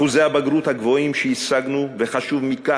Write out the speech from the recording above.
אחוזי הבגרות הגבוהים שהשגנו, וחשוב מכך,